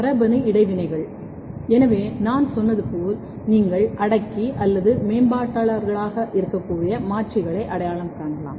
மரபணு இடைவினைகள் எனவே நான் சொன்னது போல் நீங்கள் அடக்கி அல்லது மேம்பாட்டாளர்களாக இருக்கக்கூடிய மாற்றிகளை அடையாளம் காணலாம்